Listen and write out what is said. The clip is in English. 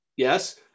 Yes